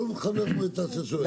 כל חבר מועצה ששואל,